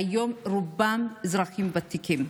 והיום רובם אזרחים ותיקים.